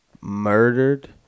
murdered